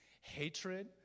hatred